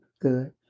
good